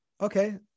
Okay